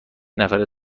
نفره